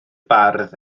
bardd